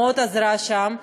שמאוד עזרה שם,